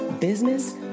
business